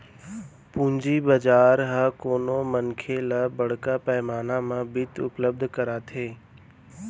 पूंजी बजार ह कोनो मनखे ल बड़का पैमाना म बित्त उपलब्ध कराथे